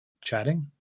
chatting